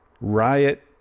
Riot